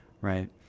right